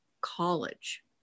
College